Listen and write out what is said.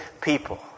people